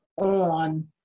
on